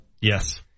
Yes